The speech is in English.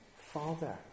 father